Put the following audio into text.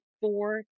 four